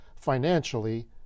financially